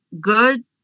good